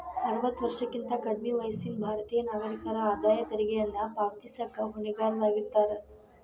ಅರವತ್ತ ವರ್ಷಕ್ಕಿಂತ ಕಡ್ಮಿ ವಯಸ್ಸಿನ ಭಾರತೇಯ ನಾಗರಿಕರ ಆದಾಯ ತೆರಿಗೆಯನ್ನ ಪಾವತಿಸಕ ಹೊಣೆಗಾರರಾಗಿರ್ತಾರ